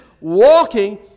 walking